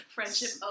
Friendship